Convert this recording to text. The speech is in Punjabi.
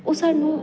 ਉਹ ਸਾਨੂੰ